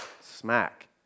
smack